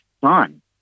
son